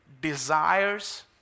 desires